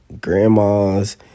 grandma's